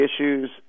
issues